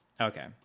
okay